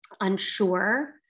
unsure